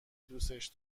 دوسش